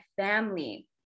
family